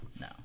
No